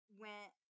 went